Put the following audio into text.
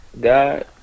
God